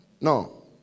No